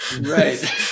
Right